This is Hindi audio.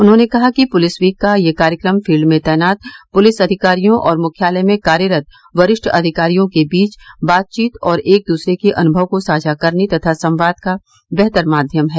उन्होंने कहा कि पुलिस वीक का यह कार्यक्रम फील्ड में तैनात पुलिस अधिकारियों और मुख्यालय में कार्यरत वरिष्ठ अधिकारियों के बीच बातचीत और एक दूसरे के अनुभव को साझा करने तथा संवाद का बेहतर माध्यम है